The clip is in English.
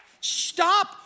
Stop